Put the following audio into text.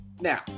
Now